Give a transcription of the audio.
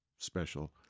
Special